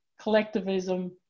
collectivism